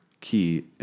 key